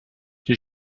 die